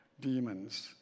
demons